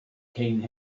king